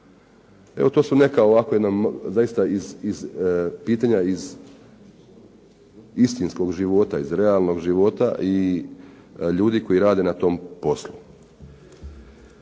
Evo to su neka pitanja iz istinskog života, iz realnog života i ljudi koji rade na tom poslu.